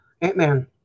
Ant-Man